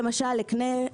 למשל,